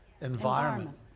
Environment